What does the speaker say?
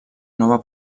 nova